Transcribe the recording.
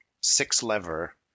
six-lever